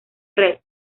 red